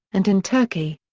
and in turkey.